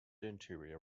interior